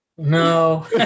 no